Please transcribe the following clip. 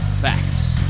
Facts